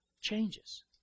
changes